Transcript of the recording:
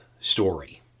story